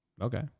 Okay